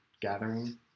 gathering